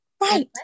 right